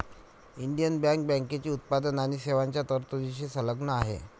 Indian Bank बँकेची उत्पादन आणि सेवांच्या तरतुदींशी संलग्न आहे